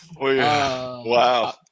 Wow